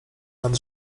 nad